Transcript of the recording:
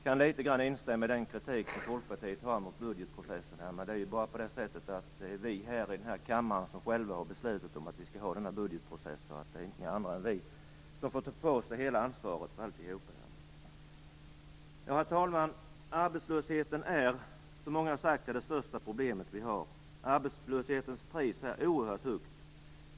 Jag instämmer något i Folkpartiets kritik mot budgetprocessen, men det är ju vi här i kammaren som själva har beslutat om den. Ingen annan än vi själva kan ta på sig ansvaret för det. Herr talman! Som många har sagt är arbetslösheten det största problemet vi har. Arbetslöshetens pris är oerhört högt.